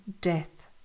death